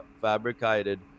fabricated